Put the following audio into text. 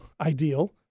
ideal